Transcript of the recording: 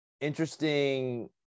interesting